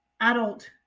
adult